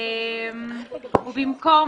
ובמקום: